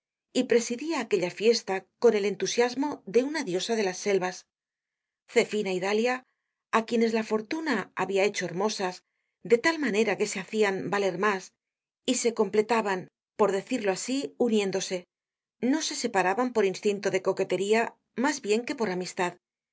y presidia aquella fiesta con el entusiasmo de una diosa de las selvas zefina y dalia á quienes la fortuna habia hecho hermosas de tal manera que se hacian valer mas y se completaban por decirlo asi uniéndose no se separaban por instinto de coquetería mas bien que por amistad y